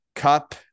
Cup